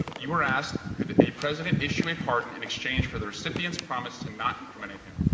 you were asked, could a president issue a pardon in exchange for the recipient's promise to not incriminate him?